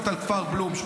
על כפר בלום,